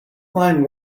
mind